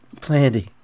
Plandy